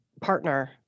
partner